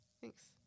Thanks